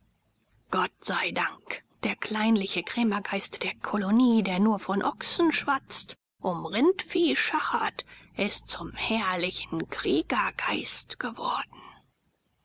gott sei dank der kleinliche krämergeist der kolonie der nur von ochsen schwatzt um rindvieh schachert ist zum herrlichen kriegergeist geworden